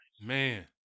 Man